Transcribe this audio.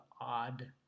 odd